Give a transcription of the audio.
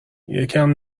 یکم